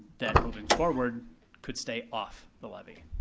that moving forward could stay off the levy.